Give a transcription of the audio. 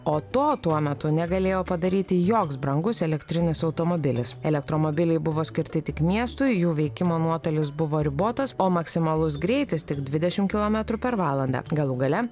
o to tuo metu negalėjo padaryti joks brangus elektrinis automobilis elektromobiliai buvo skirti tik miestui jų veikimo nuotolis buvo ribotas o maksimalus greitis tik dvidešim kilometrų per valandą galų gale